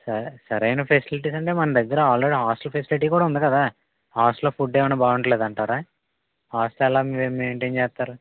సరే సరైన ఫెసిలిటీస్ అంటే మన దగ్గర ఆల్రెడీ హాస్టల్ ఫెసిలిటీ కూడా ఉంది కదా హాస్టల్లో ఫుడ్డు ఏమన్నా బాగుండట్లేదు అంటారా హాస్టల్ ఎలా మెయింటైన్ చేస్తారు